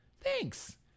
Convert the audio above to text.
Thanks